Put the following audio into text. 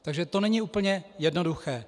Takže to není úplně jednoduché.